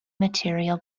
material